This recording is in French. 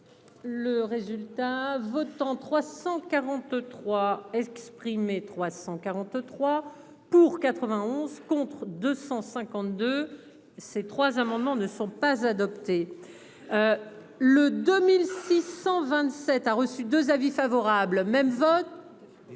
Le résultat votants 343 exprimés, 343 pour 91 contre 252. Ces trois amendements ne sont pas adoptés. Le 2627 a reçu 2 avis favorable même vote.